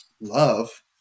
love